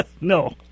No